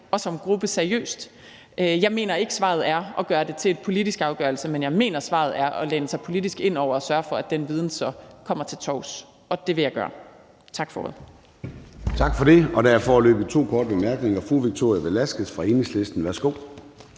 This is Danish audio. og som gruppe seriøst. Jeg mener ikke, at svaret er at gøre det til en politisk afgørelse, men jeg mener, at svaret er at læne sig politisk ind over det og sørge for, at den viden så kommer til torvs, og det vil jeg gøre. Tak for ordet.